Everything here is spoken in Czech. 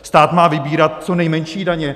Stát má vybírat co nejmenší daně.